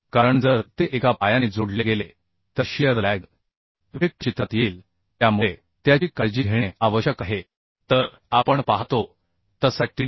कारण जर ते एका पायाने जोडले गेले तर शियर लॅग इफेक्ट चित्रात येईल त्यामुळे त्याची काळजी घेणे आवश्यक आहे तर आपण पाहतो तसा TDN